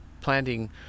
planting